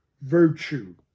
virtue